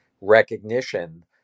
recognition